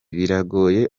biragoye